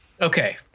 okay